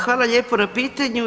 Hvala lijepo na pitanju.